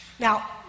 Now